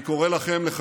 אני קורא לכם להתעשת,